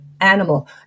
animal